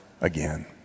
again